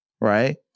right